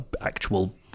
actual